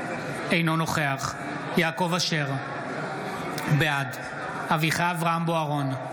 אינו נוכח יעקב אשר, בעד אביחי אברהם בוארון,